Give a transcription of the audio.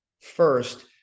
first